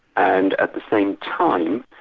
and at the same time,